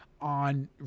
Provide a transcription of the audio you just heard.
on